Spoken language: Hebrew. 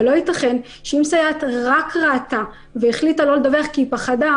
אבל לא ייתכן שאם סייעת רק ראתה והחליטה לא לדווח כי היא פחדה,